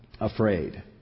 afraid